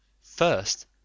First